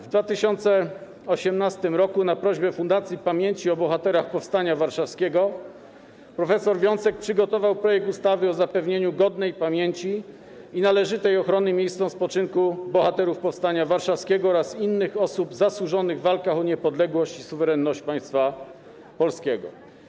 W 2018 r. na prośbę Fundacji Pamięci o Bohaterach Powstania Warszawskiego prof. Wiącek przygotował projekt ustawy o zapewnieniu godnej pamięci i należytej ochrony miejscom spoczynku bohaterów powstania warszawskiego oraz innych osób zasłużonych w walkach o niepodległość i suwerenność państwa polskiego.